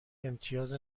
امتیاز